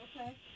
Okay